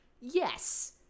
Yes